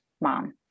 mom